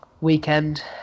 weekend